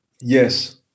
Yes